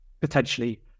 potentially